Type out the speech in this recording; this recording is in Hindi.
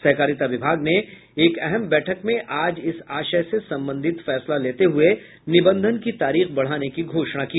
सहकारिता विभाग ने एक अहम बैठक में आज इस आशय से संबंधित फैसला लेते हुए निबंधन की तारीख बढ़ाने की घोषणा की